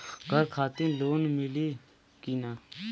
घर खातिर लोन मिली कि ना?